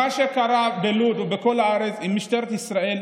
מה שקרה בלוד ובכל הארץ עם משטרת ישראל,